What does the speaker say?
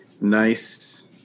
nice